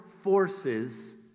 forces